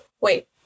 Wait